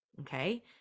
Okay